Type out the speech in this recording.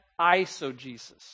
isogesis